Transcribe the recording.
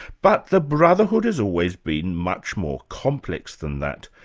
but the brotherhood has always been much more complex than that,